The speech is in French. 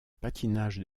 patinage